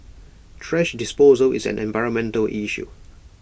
thrash disposal is an environmental issue